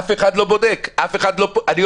אף אחד לא בודק, אף אחד לא פותח.